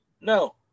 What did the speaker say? No